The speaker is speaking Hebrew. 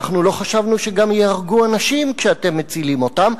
אנחנו לא חשבנו שגם ייהרגו אנשים כשאתם מצילים אותם.